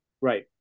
Right